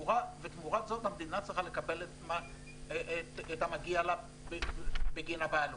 ותמורת זה המדינה צריכה לקבל את המגיע לה בגין הבעלות.